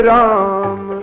Ram